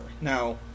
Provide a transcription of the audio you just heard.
Now